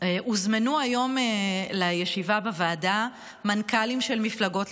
הוזמנו היום לישיבה בוועדה מנכ"לים של מפלגות.